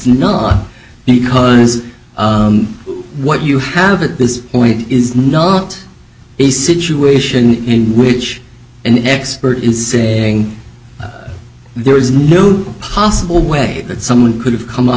not because what you have at this point is not a situation in which an expert in saying there is no possible way that someone could have come up